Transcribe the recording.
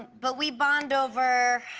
but we bond over,